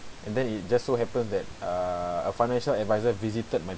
and then it just so happened that err a financial advisor visited my